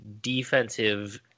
defensive